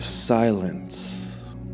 Silence